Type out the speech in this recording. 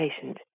patient